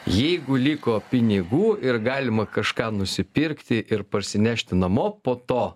jeigu liko pinigų ir galima kažką nusipirkti ir parsinešti namo po to